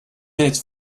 minutes